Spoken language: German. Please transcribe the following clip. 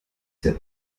sehr